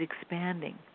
expanding